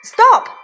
Stop